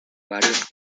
varios